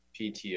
pto